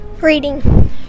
reading